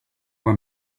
were